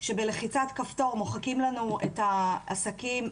שבלחיצת כפתור מוחקים לנו את העסקים,